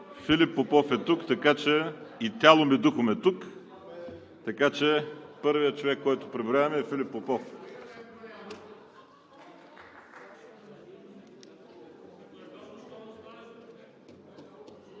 Филип Попов е тук – и тялом и духом е тук, така че първият човек, който преброявам, е Филип Попов.